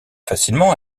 facilement